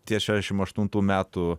ties šešdešim aštuntų metų